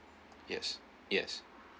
yes yes